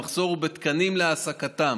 המחסור הוא בתקנים להעסקתם.